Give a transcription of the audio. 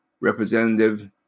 Representative